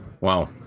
Wow